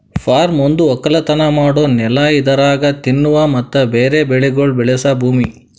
form ಒಂದು ಒಕ್ಕಲತನ ಮಾಡೋ ನೆಲ ಇದರಾಗ್ ತಿನ್ನುವ ಮತ್ತ ಬೇರೆ ಬೆಳಿಗೊಳ್ ಬೆಳಸ ಭೂಮಿ